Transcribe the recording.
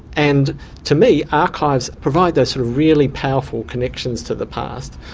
and to me archives provide those really powerful connections to the past,